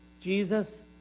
Jesus